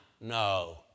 No